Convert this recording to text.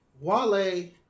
Wale